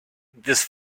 this